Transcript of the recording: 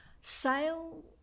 Sale